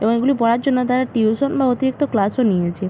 এবং এগুলি পড়ার জন্য তারা টিউশন বা অতিরিক্ত ক্লাসও নিয়েছে